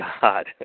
God